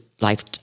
life